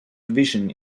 division